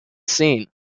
scene